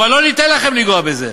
אבל לא ניתן לכם לגעת בזה.